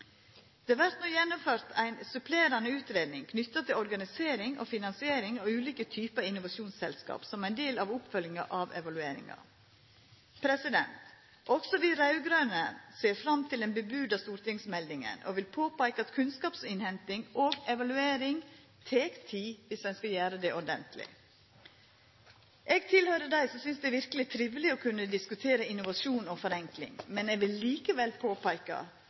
vert no gjennomført ei supplerande utgreiing knytt til organisering og finansiering av ulike typar innovasjonsselskap som ein del av oppfølginga av evalueringa. Også vi raud-grøne ser fram til den varsla stortingsmeldinga og vil påpeika at kunnskapsinnhenting og evaluering tek tid viss ein skal gjera det ordentleg. Eg høyrer til dei som synest det er triveleg å diskutera innovasjon og forenkling, men eg vil likevel påpeika